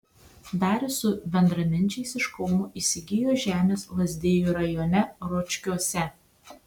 darius su bendraminčiais iš kauno įsigijo žemės lazdijų rajone ročkiuose